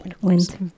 Winter